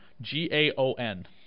G-A-O-N